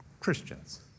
Christians